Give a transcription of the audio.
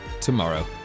tomorrow